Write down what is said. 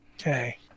Okay